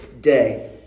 day